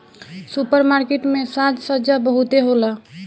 super market में साज सज्जा बहुते होला